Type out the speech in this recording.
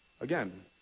Again